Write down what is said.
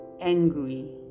angry